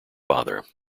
father